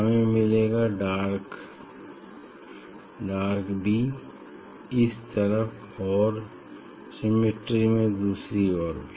हमें मिलेगा dark B इस तरफ और सिमिट्री में दूसरी ओर भी